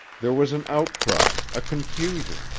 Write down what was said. there was an outcry, a confusion.